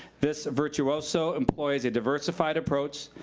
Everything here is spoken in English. this virtuoso employs a diversified approach,